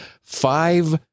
five